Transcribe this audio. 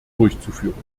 durchzuführen